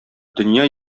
дөнья